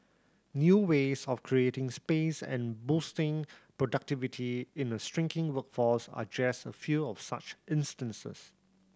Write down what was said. new ways of creating space and boosting productivity in a shrinking workforce are just a few of such instances